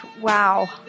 Wow